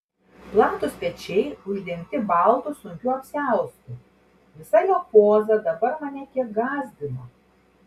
platūs pečiai uždengti baltu sunkiu apsiaustu visa jo poza dabar mane kiek gąsdino